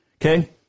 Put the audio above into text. Okay